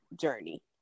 journey